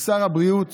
כשר הבריאות